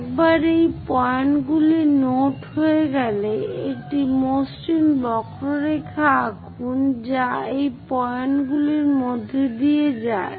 একবার এই পয়েন্টগুলি নোট হয়ে গেলে একটি মসৃণ বক্ররেখা আঁকুন যা এই পয়েন্টগুলির মধ্য দিয়ে যায়